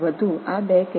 19 angstrom ஆகும்